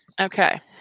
okay